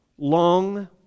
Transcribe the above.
Long